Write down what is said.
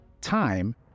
Time